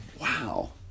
wow